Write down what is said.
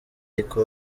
ariko